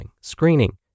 screening